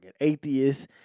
atheist